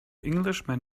englishman